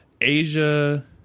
Asia